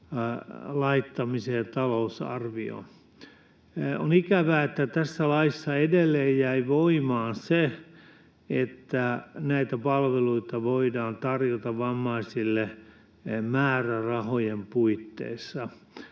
laittamisessa talousarvioon. On ikävää, että tässä laissa edelleen jäi voimaan se, että näitä palveluita voidaan tarjota vammaisille määrärahojen puitteissa.